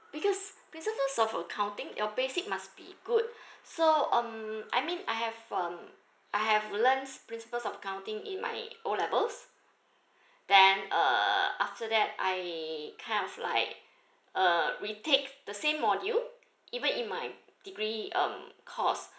because principles of accounting your basic must be good so um I mean I have um I have learns principles of accounting in my O levels then uh after that I kind of like uh retake the same module even in my degree um course